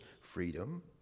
freedom